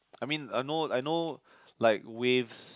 I mean I know I know like waves